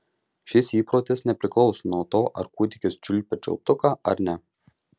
šis įprotis nepriklauso nuo to ar kūdikis čiulpia čiulptuką ar ne